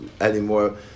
anymore